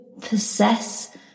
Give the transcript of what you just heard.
possess